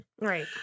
Right